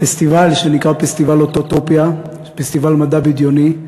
פסטיבל שנקרא פסטיבל "אוטופיה" פסטיבל מדע בדיוני,